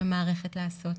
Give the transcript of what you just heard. מהמערכת לעשות.